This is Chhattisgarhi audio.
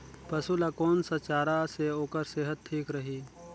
पशु ला कोन स चारा से ओकर सेहत ठीक रही?